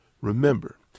remember